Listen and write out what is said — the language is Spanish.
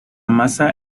masa